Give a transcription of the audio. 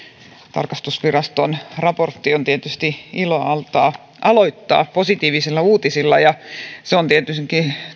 tarkastusviraston raportti on tietysti ilo aloittaa positiivisilla uutisilla ja niitä ovat tietenkin